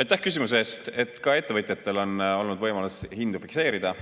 Aitäh küsimuse eest! Ka ettevõtjatel on olnud võimalus hindu fikseerida.